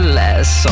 less